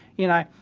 you know,